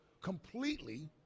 completely